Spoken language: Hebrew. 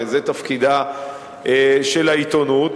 וזה תפקידה של העיתונות.